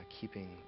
keeping